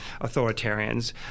authoritarians